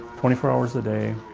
twenty four hours a day.